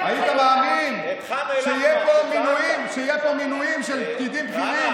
היית מאמין שיהיו פה מינויים של פקידים בכירים